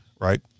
right